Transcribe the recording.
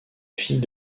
fille